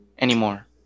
anymore